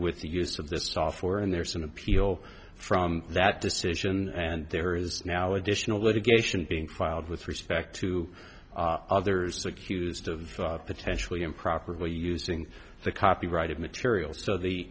with the use of this software and there's an appeal from that decision and there is now additional litigation being filed with respect to others accused of potentially improperly using the copyrighted material so the